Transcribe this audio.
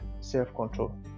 self-control